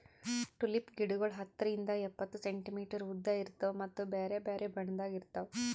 tulip ಗಿಡಗೊಳ್ ಹತ್ತರಿಂದ್ ಎಪ್ಪತ್ತು ಸೆಂಟಿಮೀಟರ್ ಉದ್ದ ಇರ್ತಾವ್ ಮತ್ತ ಬ್ಯಾರೆ ಬ್ಯಾರೆ ಬಣ್ಣದಾಗ್ ಇರ್ತಾವ್